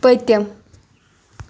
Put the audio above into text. پٔتِم